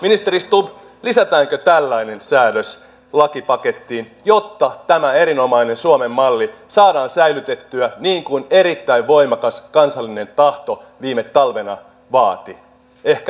ministeri stubb lisätäänkö tällainen säädös lakipakettiin jotta tämä erinomainen suomen malli saadaan säilytettyä niin kuin erittäin voimakas kansallinen tahto viime talvena vaati